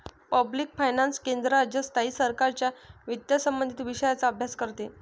public finance केंद्र, राज्य, स्थायी सरकारांच्या वित्तसंबंधित विषयांचा अभ्यास करते